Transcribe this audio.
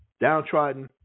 downtrodden